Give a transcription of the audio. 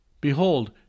Behold